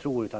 tror det.